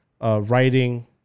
Writing